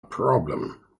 problem